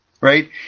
right